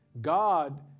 God